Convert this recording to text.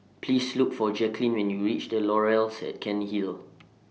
Please Look For Jacquelyn when YOU REACH The Laurels At Cairnhill